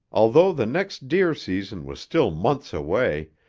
although the next deer season was still months away,